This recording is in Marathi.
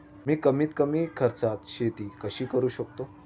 मी कमीत कमी खर्चात शेती कशी करू शकतो?